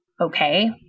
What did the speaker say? okay